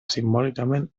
simbòlicament